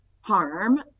harm